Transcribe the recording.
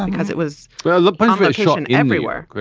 because it was. well look but so and everywhere.